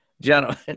gentlemen